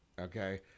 okay